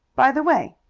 by the way,